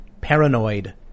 paranoid